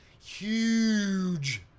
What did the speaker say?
Huge